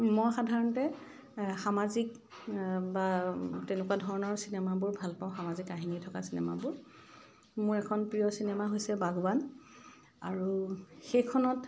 মই সাধাৰণতে সামাজিক বা তেনেকুৱা ধৰণৰ চিনেমাবোৰ ভাল পাওঁ সামাজিক কাহিনী থকা চিনেমাবোৰ মোৰ এখন প্ৰিয় চিনেমা হৈছে বাগবান আৰু সেইখনত